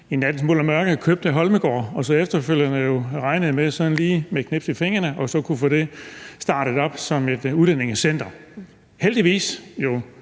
i nattens mulm og mørke købte Holmegaard og så efterfølgende regnede med sådan lige med et knips med fingrene at kunne få det startet op som et udrejsecenter. Heldigvis var